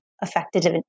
affected